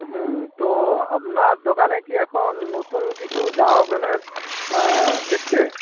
হুম তো আপনার দোকানে কি এখন নতুন কিছু জামা প্যান্টের এসেছে